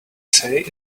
say